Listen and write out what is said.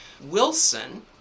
Wilson